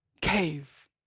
cave